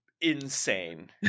insane